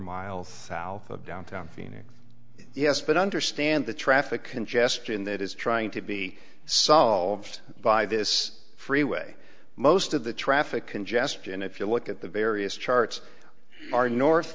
miles south of downtown phoenix yes but understand the traffic congestion that is trying to be solved by this freeway most of the traffic congestion if you look at the various charts are north